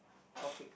topic